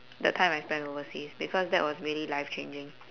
the time I spent overseas because that was really life changing